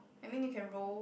I mean it can roll